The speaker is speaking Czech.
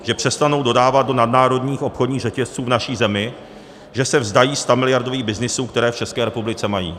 Že přestanou dodávat do nadnárodních obchodních řetězců v naší zemi, že se vzdají stamiliardových byznysů, které v České republice mají.